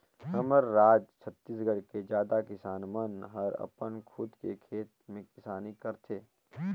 हमर राज छत्तीसगढ़ के जादा किसान मन हर अपन खुद के खेत में किसानी करथे